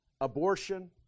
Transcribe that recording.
abortion